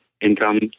income